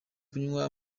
kunywa